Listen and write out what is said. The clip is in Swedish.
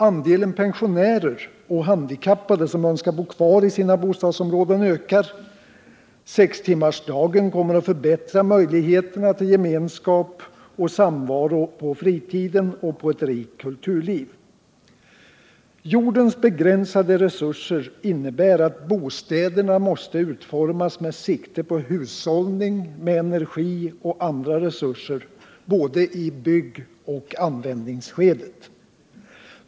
Andelen pensionärer och handikappade som önskar bo kvar i sina bostadsområden ökar. Sextimmarsdagen kommer att förbättra möjligheterna till gemenskap och samvaro på fritiden och på ett rikt kulturliv. Jordens begränsade resurser innebär att bostäderna måste utformas med sikte på hushållning med energi och andra resurser, både i byggoch användningsskedet.